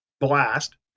blast